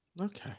Okay